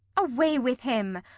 away with him!